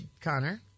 connor